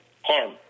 harm